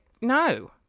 No